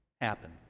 happen